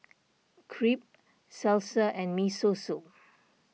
Crepe Salsa and Miso Soup